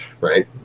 right